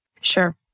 Sure